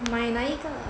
哪一个